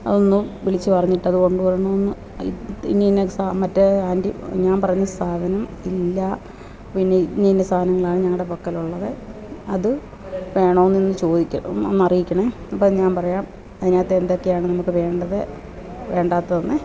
അതൊന്നു വിളിച്ചുപറഞ്ഞിട്ട് അത് കൊണ്ടുവരണമെന്ന് ഇന്നിന്ന സാധന മറ്റേ ആന്റി ഞാൻ പറയുന്ന സാധനം ഇല്ല പിന്നെ ഇന്നിന്ന സാധനങ്ങളാണ് ഞങ്ങളുടെ പക്കൽ ഉള്ളത് അത് വേണോ എന്ന് ഒന്ന് ചോദിക്കൂ ഒന്ന് അറിയിക്കണേ അപ്പോള് ഞാൻ പറയാം അതിനകത്ത് എന്തൊക്കെയാണ് നമുക്ക് വേണ്ടത് വേണ്ടാത്തതെന്ന്